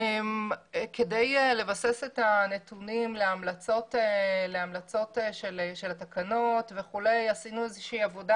כדי לבסס את הנתונים להמלצות של התקנות עשינו עבודה